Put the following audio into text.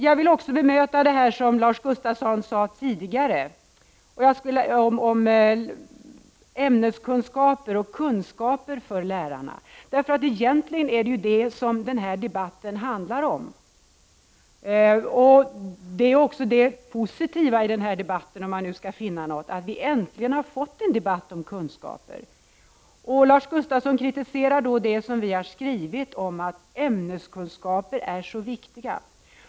Jag vill också bemöta det som Lars Gustafsson sade tidigare om ämneskunskaper och yrkeskunskaper för lärarna. Egentligen är det ju det som den här debatten handlar om. Det positiva med den här debatten — om man nu kan finna något — är att vi nu äntligen har fått en debatt om kunskaper. Lars Gustafsson kritiserar det som vi har skrivit om att ämneskunskaper är viktiga.